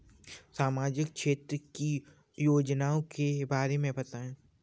सामाजिक क्षेत्र की योजनाओं के बारे में बताएँ?